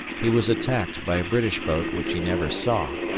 he was attacked by a british boat which he never saw,